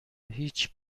هیچ